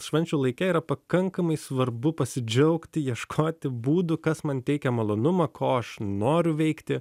švenčių laike yra pakankamai svarbu pasidžiaugti ieškoti būdų kas man teikia malonumą ko aš noriu veikti